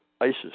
ISIS